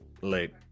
Late